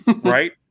Right